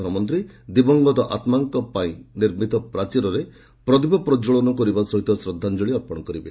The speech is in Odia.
ପ୍ରଧାନମନ୍ତ୍ରୀ ଦିବଂଗତ ଆତ୍ମାଙ୍କ ପାଇଁ ନିର୍ମିତ ପ୍ରାଚୀରରେ ଦୀପ ପ୍ରଜ୍ଜଳନ କରିବା ସହିତ ଶ୍ରଦ୍ଧାଞ୍ଜଳି ଅର୍ପଣ କରିବେ